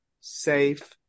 safe